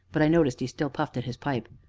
but i noticed he still puffed at his pipe.